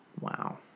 Wow